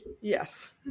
yes